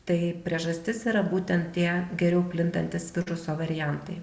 tai priežastis yra būtent tie geriau plintantys viruso variantai